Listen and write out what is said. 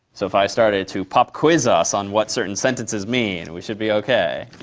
so if i started to pop quiz us on what certain sentences mean, we should be ok?